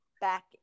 back